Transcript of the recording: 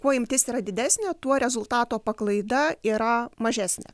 kuo imtis yra didesnė tuo rezultato paklaida yra mažesnė